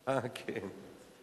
אה, כן.